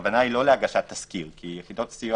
הכוונה היא לא להגשת תסקיר כי יחידות הסיוע